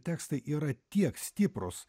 tekstai yra tiek stiprūs